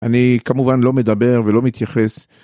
אני כמובן לא מדבר ולא מתייחס.